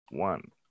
one